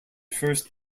first